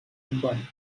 bun